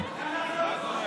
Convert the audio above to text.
תור?